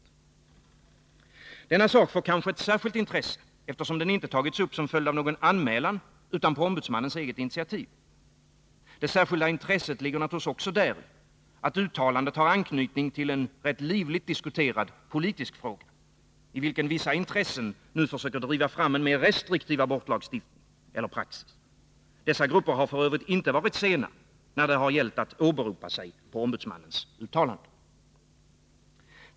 het Denna sak får kanske ett särskilt intresse eftersom den inte tagits upp som följd av någon anmälan utan på ombudsmannens eget initiativ. Det särskilda intresset ligger också däri, att uttalandet har anknytning till en rätt livligt diskuterad politisk fråga, i vilken vissa intressen nu försöker driva fram en mer restriktiv abortlagstiftning eller praxis. Dessa grupper har f. ö. inte varit sena när det har gällt att åberopa sig på ombudsmannens uttalande.